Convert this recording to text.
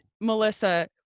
Melissa